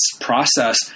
process